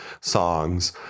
songs